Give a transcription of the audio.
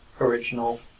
original